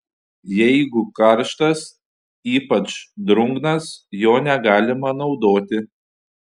jeigu karštas ypač drungnas jo negalima naudoti